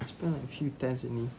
I spend on three tens only